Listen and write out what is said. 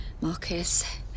Marcus